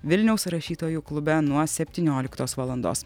vilniaus rašytojų klube nuo septynioliktos valandos